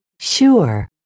Sure